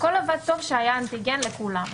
הכול עבד טוב כשהיה אנטיגן לכולם.